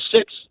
six